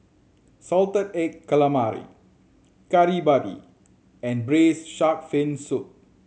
salted egg calamari Kari Babi and Braised Shark Fin Soup